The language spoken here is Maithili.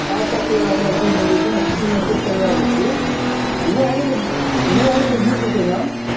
अच्छा से हम अथीमे जे छै ने सूचीमे चेक करबाए लै छियै आ नहि हेतै तऽ नहि हेतै तऽ जुड़ि जयतै नाम